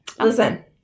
Listen